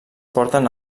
porten